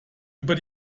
über